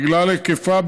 בגלל היקפה,